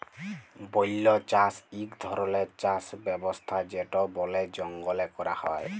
বল্য চাষ ইক ধরলের চাষ ব্যবস্থা যেট বলে জঙ্গলে ক্যরা হ্যয়